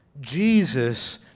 Jesus